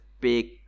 big